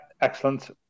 excellent